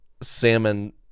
salmon